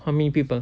how many people